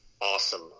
awesome